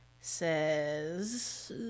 says